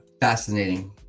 fascinating